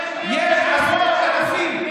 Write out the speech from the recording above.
יש עשרות אלפים,